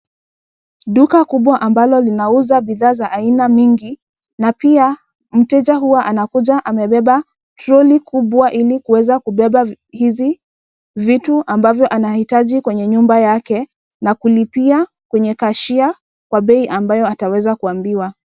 Duka kubwa ambalo linauza bidhaa za aina nyingi na pia mteja huwa anakuja amebeba troli kubwa ili kuweza kubeba vitu hizi vitu ambavyo anahitaji kwenye nyumba yake na kulipa kwenye kashia kwa bei ambayo ataweza kuambiwa.